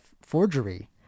forgery